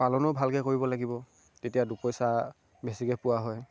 পালনো ভালকৈ কৰিব লাগিব তেতিয়া দুপইচা বেছিকৈ পোৱা হয়